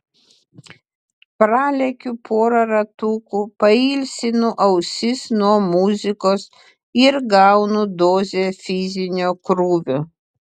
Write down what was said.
pralekiu porą ratukų pailsinu ausis nuo muzikos ir gaunu dozę fizinio krūvio